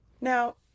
now